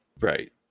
Right